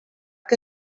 que